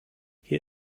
hier